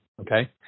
okay